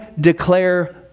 declare